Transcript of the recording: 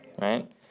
Right